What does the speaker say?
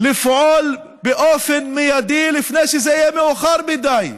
היא לפעול באופן מיידי, לפני שזה יהיה מאוחר מדי.